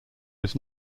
was